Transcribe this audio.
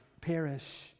perish